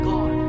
God